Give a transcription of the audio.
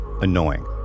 annoying